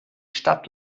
stadt